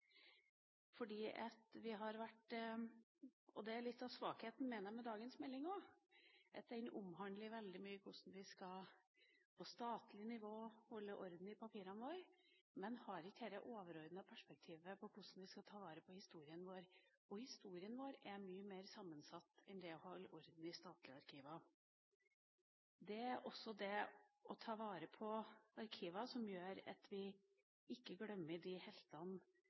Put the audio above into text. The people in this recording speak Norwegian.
av svakheten med dagens melding er at den omhandler veldig mye hvordan vi på statlig nivå skal holde orden i papirene våre, men den har ikke det overordnede perspektivet på hvordan vi skal ta vare på historien vår. Historien vår er mye mer sammensatt enn det å holde orden i statlige arkiver. Det er også å ta vare på arkiver som gjør at vi ikke glemmer de heltene